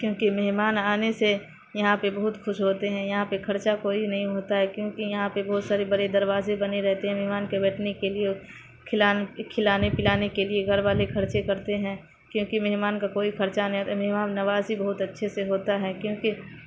کیونکہ مہمان آنے سے یہاں پہ بہت خوش ہوتے ہیں یہاں پہ خرچہ کوئی نہیں ہوتا ہے کیونکہ یہاں پہ بہت سارے بڑے دروازے بنے رہتے ہیں مہمان کے بیٹھنے کے لیے کھلانے کھلانے پلانے کے لیے گھر والے خرچے کرتے ہیں کیونکہ مہمان کا کوئی خرچہ نہیں آتا مہمان نوازی بہت اچھے سے ہوتا ہے کیونکہ